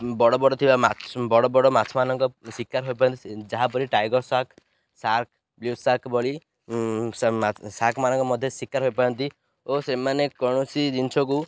ବଡ଼ ବଡ଼ ଥିବା ବଡ଼ ବଡ଼ ମାଛମାନଙ୍କ ଶିକାର ହୋଇପାରନ୍ତି ଯାହାପରି ଟାଇଗର ସାର୍କ ସାର୍କ ସାର୍କ ଭଳି ସାର୍କ ମାନଙ୍କ ମଧ୍ୟ ଶିକାର ହୋଇପାରନ୍ତି ଓ ସେମାନେ କୌଣସି ଜିନିଷକୁ